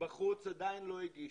בחוץ עדין לא הגישו,